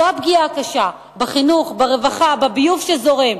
זו הפגיעה הקשה: בחינוך, ברווחה, בביוב שזורם,